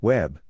Web